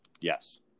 Yes